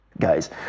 Guys